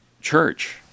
church